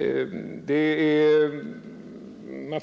hade väntat sig.